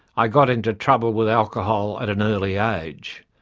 i got into trouble with alcohol at an early age.